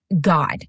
God